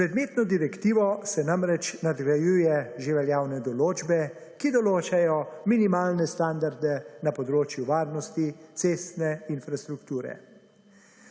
S predmetno direktivo se namreč nadgrajuje že veljavne določbe, ki določajo minimalne standarde na področju varnosti cestne infrastrukture.